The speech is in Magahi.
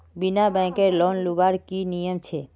बिना बैंकेर लोन लुबार की नियम छे?